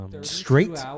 Straight